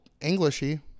Englishy